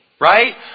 Right